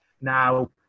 now